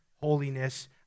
holiness